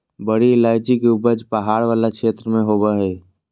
बड़ी इलायची के उपज पहाड़ वाला क्षेत्र में होबा हइ